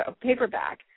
paperback